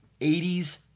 80s